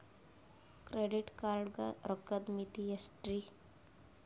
Credit card ಗ ರೋಕ್ಕದ್ ಮಿತಿ ಎಷ್ಟ್ರಿ?